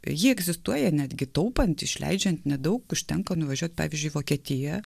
ji egzistuoja netgi taupant išleidžiant nedaug užtenka nuvažiuot pavyzdžiui į vokietiją